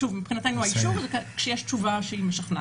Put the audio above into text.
מבחינתנו, האישור ניתן כשיש תשובה שהיא משכנעת.